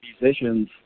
Musicians